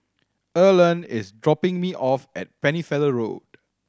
Earlean is dropping me off at Pennefather Road